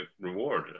reward